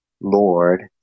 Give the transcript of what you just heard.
Lord